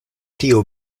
tiu